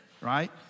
right